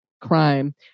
crime